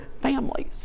families